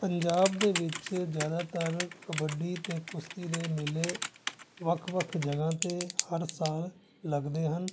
ਪੰਜਾਬ ਦੇ ਵਿੱਚ ਜ਼ਿਆਦਾਤਰ ਕਬੱਡੀ ਅਤੇ ਕੁਸ਼ਤੀ ਦੇ ਮੇਲੇ ਵੱਖ ਵੱਖ ਜਗ੍ਹਾ 'ਤੇ ਹਰ ਸਾਲ ਲੱਗਦੇ ਹਨ